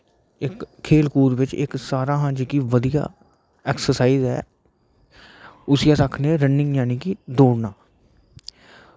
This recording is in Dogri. इक खेल कूद बिच्च इक सारें शा बधिया ऐक्ससाईज़ ऐ उसी अस आखने रन्निंग यानि के दौड़ना